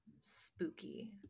Spooky